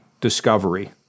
discovery